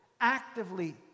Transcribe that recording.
actively